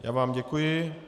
Já vám děkuji.